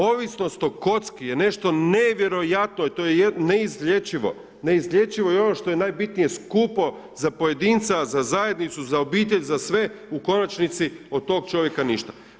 Ovisnost o kocki je nešto nevjerojatno, to je neizlječivo i ono što je najbitnije skupo za pojedinca, a za zajednicu, za obitelj, za sve u konačnici od tog čovjeka ništa.